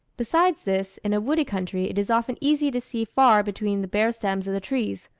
besides this, in a wooded country, it is often easy to see far between the bare stems of the trees,